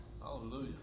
Hallelujah